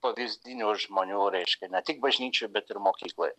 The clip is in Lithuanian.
pavyzdinių žmonių reiškia ne tik bažnyčioj bet ir mokykloj